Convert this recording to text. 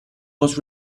was